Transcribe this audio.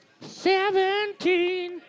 Seventeen